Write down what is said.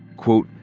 quote,